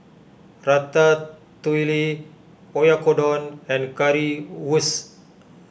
Ratatouille Oyakodon and Currywurst